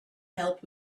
help